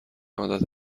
عادت